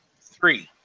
Three